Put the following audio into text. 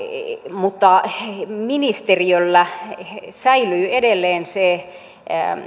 mutta ministeriöllä säilyy edelleen se